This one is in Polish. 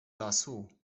lasu